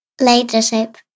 Leadership